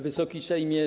Wysoki Sejmie!